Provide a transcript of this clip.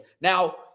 Now